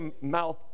mouth